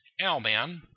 Owlman